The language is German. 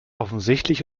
offensichtlich